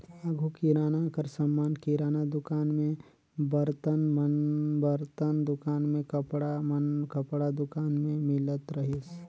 आघु किराना कर समान किराना दुकान में, बरतन मन बरतन दुकान में, कपड़ा मन कपड़ा दुकान में मिलत रहिस